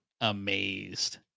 amazed